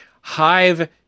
Hive